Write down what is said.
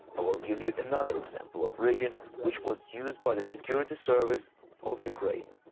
i will give you another example of rigging, which was used by the security service of ukraine.